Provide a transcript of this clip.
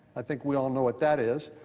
i think we all know what that is.